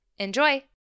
Enjoy